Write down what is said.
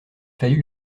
fallu